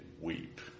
weep